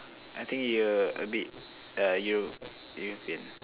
I think you a bit uh Euro~ European